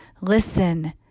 Listen